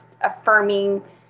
affirming